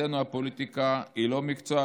אצלנו הפוליטיקה היא לא מקצוע,